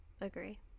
Agree